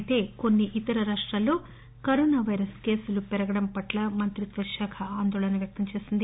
అయితే కొన్ని ఇతర రాష్టాల్లో కరోనా పైరస్ కేసులు పెరగడం పట్ల మంత్రిత్వ శాఖ ఆందోళన వ్యక్తం చేసింది